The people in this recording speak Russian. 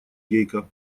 гейка